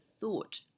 thought